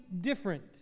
different